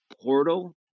portal